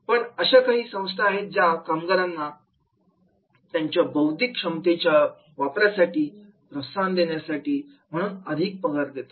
पण अशा काही संस्था आहेत ज्या कामगारांना त्यांच्या बौद्धिक क्षमतेच्या वापरासाठी प्रोत्साहन देण्यासाठी म्हणून अधिक पगार देतात